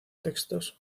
textos